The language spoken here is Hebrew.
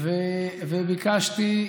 ביקשתי,